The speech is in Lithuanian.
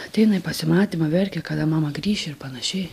ateina į pasimatymą verkia kada mama grįši ir panašiai